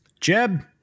Jeb